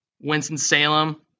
Winston-Salem